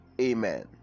Amen